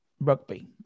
rugby